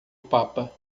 papa